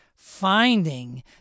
finding